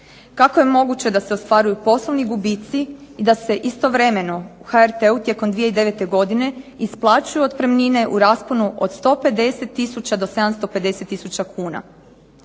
Kako je moguće da se ostvaruju poslovni gubici i da se istovremeno u HRT-u tijekom 2009. godine isplaćuju otpremnine u rasponu od 150 tisuća do 750 tisuća